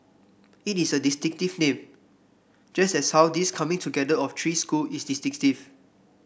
it is a distinctive name just as how this coming together of three school is distinctive